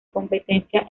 competencia